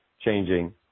changing